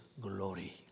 glory